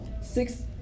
Six